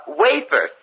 wafer